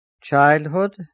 childhood